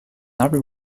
other